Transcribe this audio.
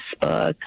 Facebook